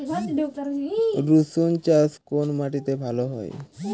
রুসুন চাষ কোন মাটিতে ভালো হয়?